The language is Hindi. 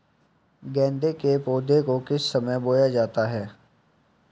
गेंदे के पौधे को किस समय बोया जाता है?